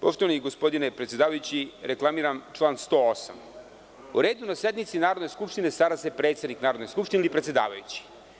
Poštovani gospodine predsedavajući, reklamiram član 108. – o redu na sednici Narodne skupštine stara se predsednik Narodne skupštine ili predsedavajući.